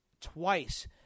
twice